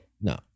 No